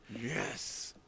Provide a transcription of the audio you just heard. Yes